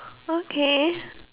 okay